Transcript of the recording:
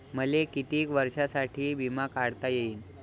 मले कितीक वर्षासाठी बिमा काढता येईन?